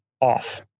off